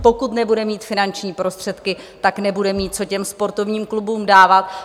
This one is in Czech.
Pokud nebude mít finanční prostředky, tak nebude mít co těm sportovním klubům dávat.